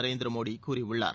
நரேந்திர மோடி கூறியுள்ளார்